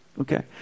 Okay